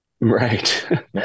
Right